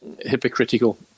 hypocritical